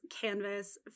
canvas